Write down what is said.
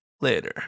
later